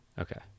okay